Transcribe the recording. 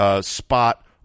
spot